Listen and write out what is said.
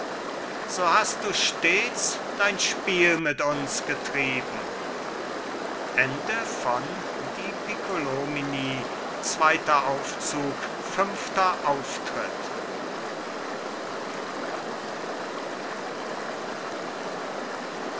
so hast du stets dein spiel mit uns getrieben sechster auftritt